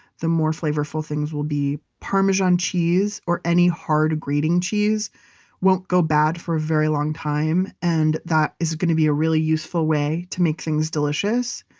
the more flavorful things will be. parmesan cheese or any hard grating cheese won't go bad for a very long time and that is going to be a really useful way to make things delicious.